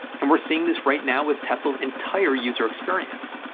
and we're seeing this right now with tesla's entire user experience.